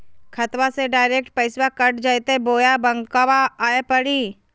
खाताबा से डायरेक्ट पैसबा कट जयते बोया बंकबा आए परी?